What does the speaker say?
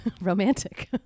Romantic